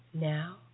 Now